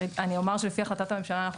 אני אומר שלפי החלטת הממשלה אנחנו